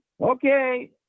Okay